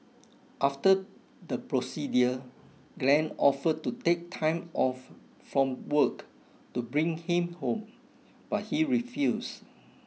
after the procedure Glen offered to take time off from work to bring him home but he refused